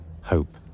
Hope